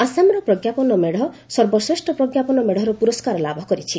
ଆସାମର ପ୍ରଜ୍ଞାପନ ମେଢ଼ ସର୍ବଶ୍ରେଷ୍ଠ ପ୍ରଜ୍ଞାପନ ମେଢ଼ର ପୁରସ୍କାର ଲାଭ କରିଛି